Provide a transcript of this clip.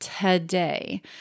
today